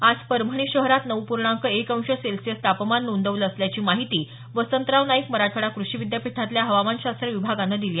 आज परभणी शहरात नऊ पूर्णांक एक अंश सेल्सिअस तापमान नोंदवलं असल्याची माहिती वसंतराव नाईक मराठवाड़ा कृषी विद्यापीठातल्या हवामानशास्त्र विभागानं दिली